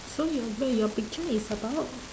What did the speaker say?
so your wait your picture is about